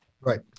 right